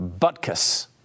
Butkus